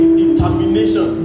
determination